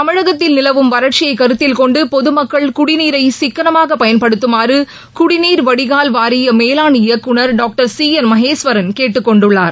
தமிழகத்தில் நிலவும் வறட்சியை கருத்தில் கொண்டு பொதுமக்கள் குடிநீரை சிக்கனமாகப் பயன்படுத்துமாறு குடிநீர் வடிகால் வாரிய மேலாண் இயக்குனர் டாக்டர் சி என் மகேஸ்வரன் கேட்டுக் கொண்டுள்ளார்